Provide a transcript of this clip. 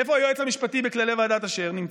איפה היועץ המשפטי נמצא בכללי ועדת אשר?